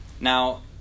Now